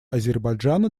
азербайджана